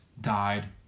died